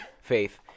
Faith